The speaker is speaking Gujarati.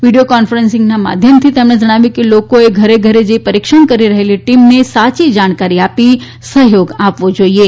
વીડીયો કોન્ફરસીંગના માધયમથી તેમણે જણાવ્યું કે લોકોએ ઘરે ઘરે જઇ પરીક્ષણ કરી રહેલી ટીમને સાયી જાણકારી આપી સહયોગ આપવો જોઇએ